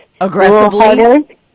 Aggressively